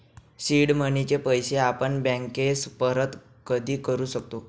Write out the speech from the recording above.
seed मनीचे पैसे आपण बँकेस परत कधी करू शकतो